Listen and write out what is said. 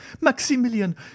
maximilian